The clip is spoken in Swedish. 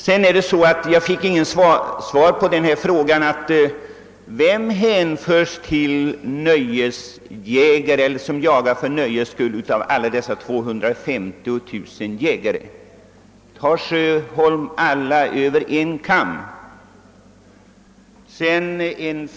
Jag fick icke något svar på frågan om vilka av dessa 250 000 jägare som skall hänföras till kategorin nöjesjägare. Skär herr Sjöholm alla över en kam?